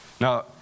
Now